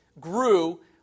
grew